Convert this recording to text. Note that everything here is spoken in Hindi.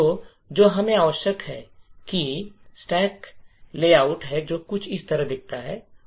तो जो हमें आवश्यक है वह स्टैक लेआउट है जो कुछ इस तरह दिखता है